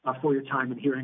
our for your time and hearing